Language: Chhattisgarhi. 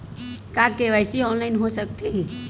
का के.वाई.सी ऑनलाइन हो सकथे?